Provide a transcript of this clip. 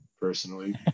personally